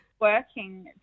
working